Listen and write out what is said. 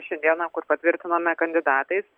ši diena kur patvirtinome kandidatais